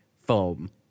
foam